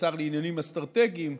לשר לעניינים אסטרטגיים,